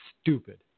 stupid